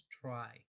try